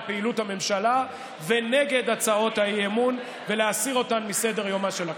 פעילות הממשלה ונגד הצעות האי-אמון ולהסיר אותן מסדר-יומה של הכנסת.